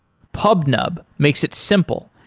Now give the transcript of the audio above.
pubnub makes it simple,